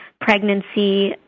pregnancy